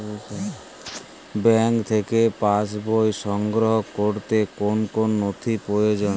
Bank থেকে pass বই সংগ্রহ করতে কোন কোন নথি প্রয়োজন?